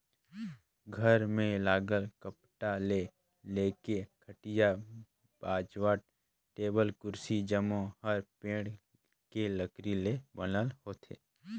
घर में लगल कपाट ले लेके खटिया, बाजवट, टेबुल, कुरसी जम्मो हर पेड़ के लकरी ले बनल होथे